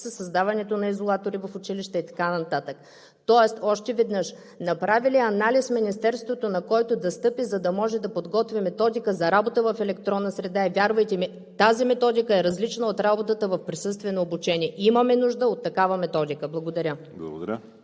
със създаването на изолатори в училища и така нататък. Още веднъж: направи ли анализ Министерството, на който да стъпи, за да може да подготви Методика за работа в електронна среда? И, вярвайте ми, тази методика е различна от работата в присъствие на обучение. Имаме нужда от такава методика. Благодаря.